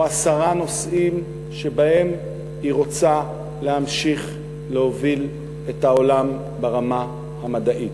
או עשרה נושאים שבהם היא רוצה להמשיך להוביל את העולם ברמה המדעית.